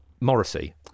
Morrissey